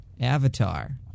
Avatar